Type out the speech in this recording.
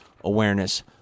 Awareness